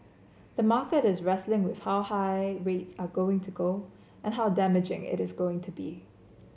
the market is wrestling with how high rates are going to go and how damaging it is going to be